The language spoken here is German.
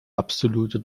absolute